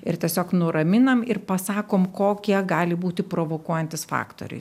ir tiesiog nuraminam ir pasakom kokie gali būti provokuojantys faktoriai